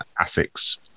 ASIC's